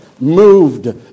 moved